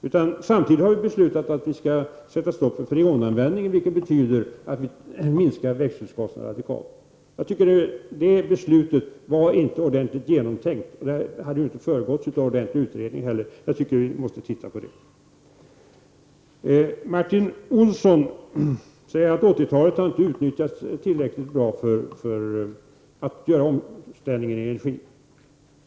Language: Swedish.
Samtidigt har vi beslutat att sätta stopp för freonanvändningen, vilket betyder att vi minskar växthusgaserna radikalt. Det beslutet var inte ordentligt genomtänkt. Det hade inte heller föregåtts av ordentlig utredning. Jag tycker att vi måste titta på det närmare. Martin Olsson säger att 80-talet inte utnyttjades tillräckligt bra för att göra omställningen i energipolitiken.